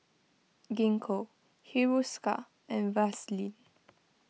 Gingko Hiruscar and Vaselin